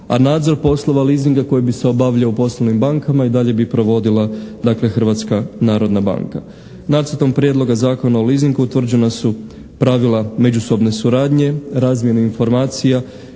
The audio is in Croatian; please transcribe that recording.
a nadzor poslova leasinga koji bi se obavljao u poslovnim bankama i dalje bi provodila dakle Hrvatska narodna banka. Nacrtom prijedloga zakona o leasingu utvrđena su pravila međusobne suradnje, razmjene informacija